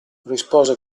rispose